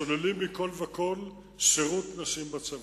השוללים מכול וכול שירות נשים בצבא.